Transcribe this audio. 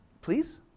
Please